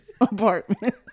apartment